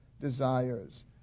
desires